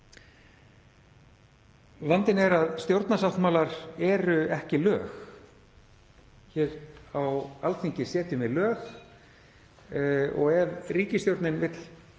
Vandinn er að stjórnarsáttmálar eru ekki lög. Hér á Alþingi setjum við lög og ef ríkisstjórnin vill